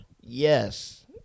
Yes